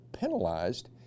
penalized